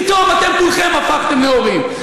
פתאום אתם כולכם הפכתם נאורים.